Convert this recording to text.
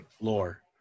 lore